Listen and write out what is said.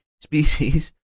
species